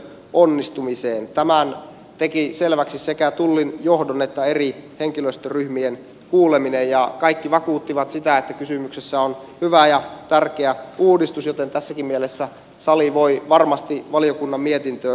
tämän teki selväksi sekä tullin johdon että eri henkilöstöryhmien kuuleminen ja kaikki vakuuttivat sitä että kysymyksessä on hyvä ja tärkeä uudistus joten tässäkin mielessä sali voi varmasti valiokunnan mietintöön yhtyä